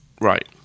Right